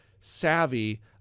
savvy